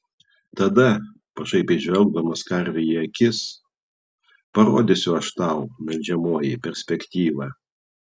tada pašaipiai žvelgdamas karvei į akis parodysiu aš tau melžiamoji perspektyvą